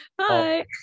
Hi